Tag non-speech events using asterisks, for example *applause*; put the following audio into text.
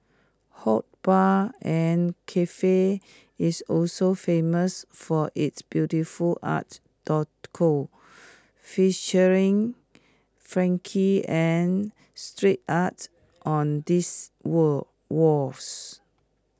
hood bar and Cafe is also famous for its beautiful art *unintelligible* featuring funky and street art on this wall walls